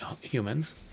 humans